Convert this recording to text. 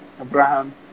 Abraham